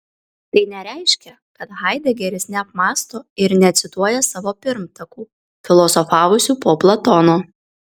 tai nereiškia kad haidegeris neapmąsto ir necituoja savo pirmtakų filosofavusių po platono